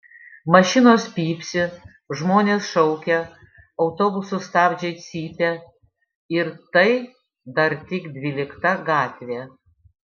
mašinos pypsi žmonės šaukia autobusų stabdžiai cypia ir tai dar tik dvylikta gatvė